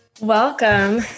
Welcome